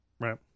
Right